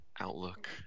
outlook